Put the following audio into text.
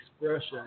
expression